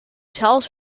tells